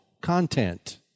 content